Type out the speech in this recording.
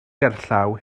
gerllaw